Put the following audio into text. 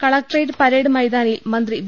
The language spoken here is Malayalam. കലക്ടറേറ്റ് പരേഡ് മൈതാനിയിൽ മന്ത്രി വി